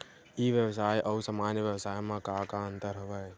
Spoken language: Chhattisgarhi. ई व्यवसाय आऊ सामान्य व्यवसाय म का का अंतर हवय?